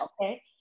okay